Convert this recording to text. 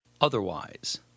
Otherwise